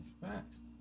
Facts